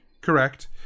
Correct